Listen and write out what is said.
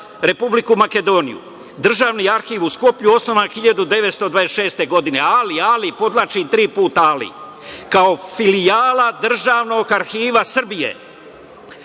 Republiku Makedoniju. Državni arhiv u Skoplju osnovan je 1926. godine, ali, podvlačim tri puta ali, kao filijala Državnog arhiva Srbije,